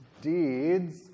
Deeds